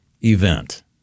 event